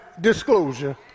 disclosure